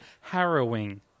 harrowing